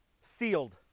Sealed